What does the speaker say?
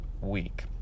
week